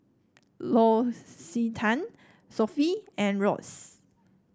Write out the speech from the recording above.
L'Occitane Sofy and Royce